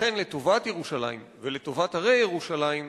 לכן, לטובת ירושלים, ולטובת הרי ירושלים,